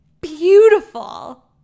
beautiful